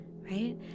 Right